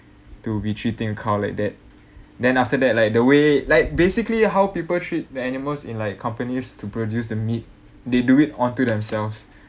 to be treating a cow like that then after that like the way like basically how people treat the animals in like companies to produce the meat they do it onto themselves